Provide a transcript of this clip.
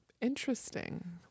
interesting